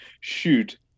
shoot